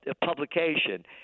publication